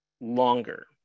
longer